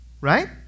right